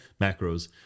macros